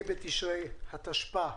ה' בתשרי התשפ"א.